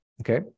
Okay